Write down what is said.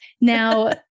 Now